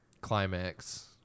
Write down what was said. climax